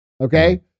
Okay